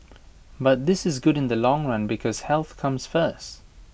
but this is good in the long run because health comes first